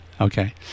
okay